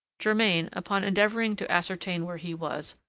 germain, upon endeavoring to ascertain where he was,